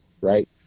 right